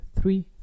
three